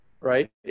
right